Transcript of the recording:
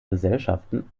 gesellschaften